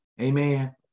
Amen